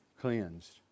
cleansed